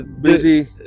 busy